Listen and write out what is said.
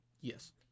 Yes